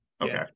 okay